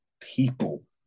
people